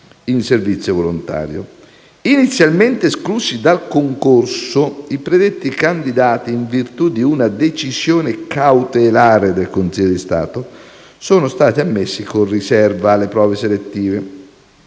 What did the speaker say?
Inizialmente esclusi dal concorso, i predetti canditati, in virtù di una decisione cautelare del Consiglio di Stato, sono stati ammessi con riserva alle prove selettive.